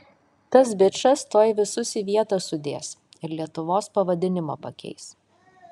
tas bičas tuoj visus į vietą sudės ir lietuvos pavadinimą pakeis